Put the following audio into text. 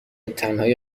تنهایی